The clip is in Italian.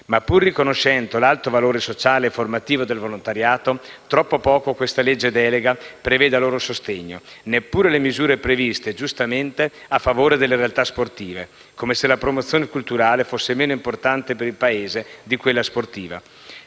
Ma pur riconoscendo l'alto valore sociale e formativo del volontariato, troppo poco questa legge delega prevede a loro sostegno. Neppure le misure previste, giustamente, a favore delle realtà sportive. Come se la promozione culturale fosse meno importante per il Paese di quella sportiva.